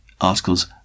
articles